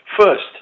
First